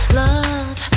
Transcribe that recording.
love